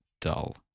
dull